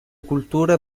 culture